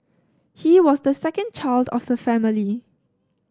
he was the second child of the family